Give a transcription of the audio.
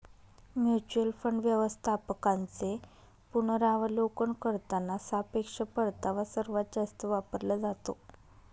mutual fund व्यवस्थापकांचे पुनरावलोकन करताना सापेक्ष परतावा सर्वात जास्त वापरला जातो